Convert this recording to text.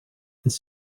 this